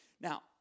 now